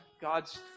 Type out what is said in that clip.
God's